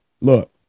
look